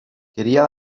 quería